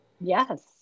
Yes